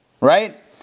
right